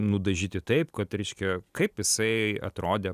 nudažyti taip kad reiškia kaip jisai atrodė